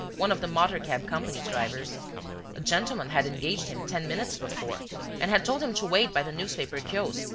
one of the motor-cab company's drivers a gentleman had engaged him ten minutes before and had told him to wait by the newspaper-kiosk,